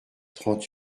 trente